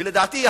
ולדעתי,